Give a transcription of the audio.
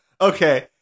Okay